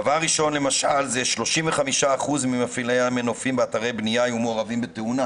דבר ראשון 35% ממפעילים המנופים באתרי בנייה היו מעורבים בתאונה.